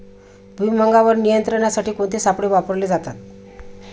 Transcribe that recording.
भुईमुगावर नियंत्रणासाठी कोणते सापळे वापरले जातात?